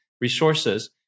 resources